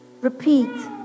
repeat